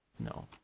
No